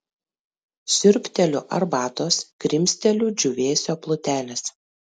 siurbteliu arbatos krimsteliu džiūvėsio plutelės